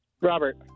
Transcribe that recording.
Robert